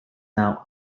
now